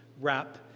wrap